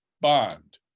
Bond